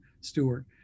Stewart